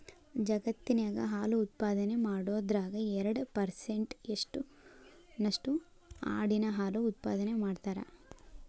ಜಗತ್ತಿನ್ಯಾಗ ಹಾಲು ಉತ್ಪಾದನೆ ಮಾಡೋದ್ರಾಗ ಎರಡ್ ಪರ್ಸೆಂಟ್ ನಷ್ಟು ಆಡಿನ ಹಾಲು ಉತ್ಪಾದನೆ ಮಾಡ್ತಾರ